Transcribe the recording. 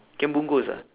can bungkus ah